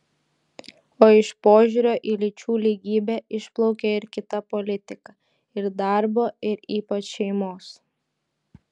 o iš požiūrio į lyčių lygybę išplaukia ir kita politika ir darbo ir ypač šeimos